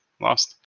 lost